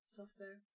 software